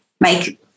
make